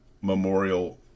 Memorial